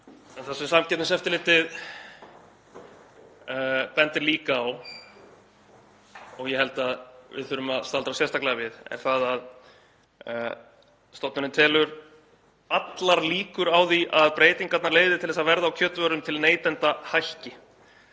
það sem Samkeppniseftirlitið bendir líka á, og ég held að við þurfum að staldra sérstaklega við, er að stofnunin telur allar líkur á því að breytingarnar leiði til þess að verð á kjötvörum til neytenda hækki,